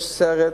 יש סרט,